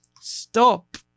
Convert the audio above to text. Stop